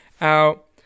out